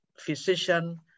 physician